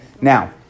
now